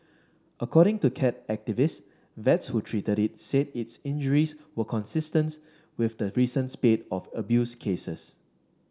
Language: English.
according to cat activists vets who treated it said its injuries were consistence with the recent spate of abuse cases